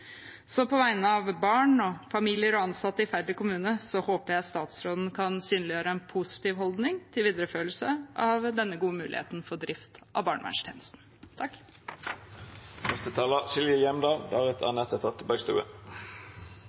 På vegne av barn, familier og ansatte i Færder kommune håper jeg statsråden kan synliggjøre en positiv holdning til videreføring av denne gode muligheten for drift av barnevernstjenesten. Takk